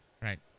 Right